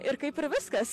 ir kaip ir viskas